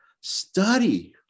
Study